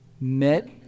Met